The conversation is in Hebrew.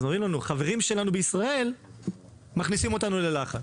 אז אומרים לי: "חברים שלנו בישראל מכניסים אותנו ללחץ".